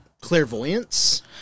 Clairvoyance